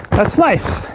that's nice.